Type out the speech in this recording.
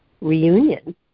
reunion